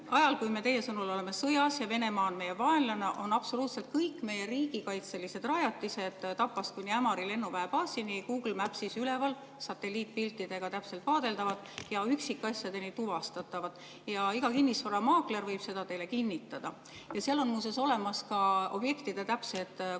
Ajal, kui me teie sõnul oleme sõjas ja Venemaa on meie vaenlane, on absoluutselt kõik meie riigikaitselised rajatised, Tapast kuni Ämari lennuväebaasini, Google Mapsis üleval, satelliitpiltidega täpselt vaadeldavad ja üksikasjadeni tuvastatavad. Iga kinnisvaramaakler võib seda teile kinnitada. Seal on muuseas olemas ka objektide täpsed koordinaadid,